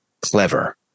clever